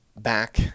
back